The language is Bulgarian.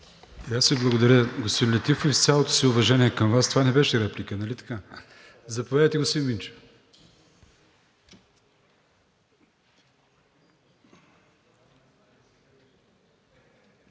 аз Ви благодаря, господин Летифов. С цялото си уважение към Вас, това не беше реплика, нали така? Заповядайте, господин Минчев.